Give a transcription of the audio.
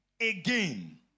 again